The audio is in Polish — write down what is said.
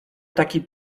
taki